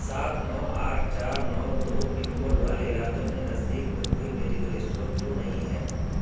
سات نو آٹھ چار نو دو پن کوڈ والے علاقے میں نزدیک میں کوئی میڈیکل اسٹور کیوں نہیں ہے